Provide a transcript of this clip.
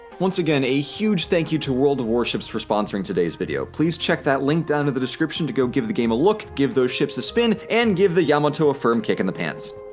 once again a huge thank you to world of warships for sponsoring today's video please check that link down in the description to go give the game a look give those ships a spin and give the yamato a firm kick in the pants